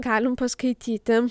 galim paskaityti